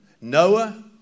Noah